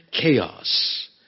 chaos